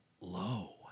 low